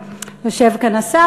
יושב כאן השר,